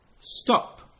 stop